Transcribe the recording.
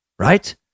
Right